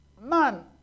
man